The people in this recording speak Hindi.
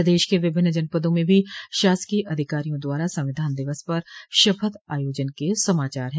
प्रदेश के विभिन्न जनपदों में भी शासकीय अधिकारियों द्वारा संविधान दिवस पर शपथ आयोजन के समाचार है